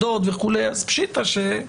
זכה לתמיכה של קרוב ל-100 חברי כנסת.